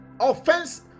Offense